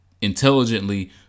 intelligently